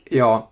ja